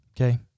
Okay